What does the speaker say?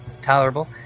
Tolerable